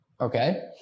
Okay